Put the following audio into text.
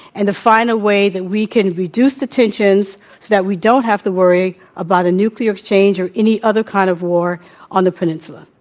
and to find a way that we can reduce the tensions so that we don't have to worry about a nuclear exchange or any other kind of war on the peninsula.